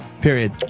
Period